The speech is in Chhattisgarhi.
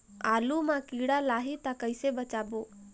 आलू मां कीड़ा लाही ता कइसे बचाबो?